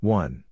one